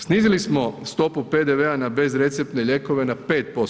Snizili smo stopu PDV-a na bezreceptne lijekove na 5%